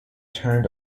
turned